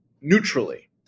neutrally